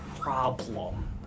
problem